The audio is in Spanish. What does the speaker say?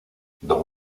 don